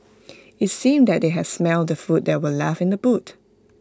IT seemed that they had smelt the food that were left in the boot